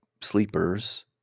sleepers